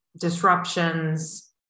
disruptions